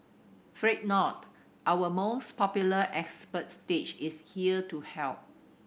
fret not our most popular expert stage is here to help